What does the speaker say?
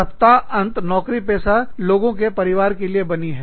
सप्ताहांत नौकरी पेशा लोगों के परिवार के लिए बनी है